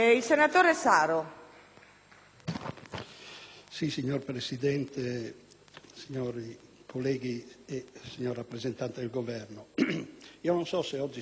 Signora Presidente, signori colleghi, signor rappresentante del Governo, non so se oggi sarà una giornata storica, com'è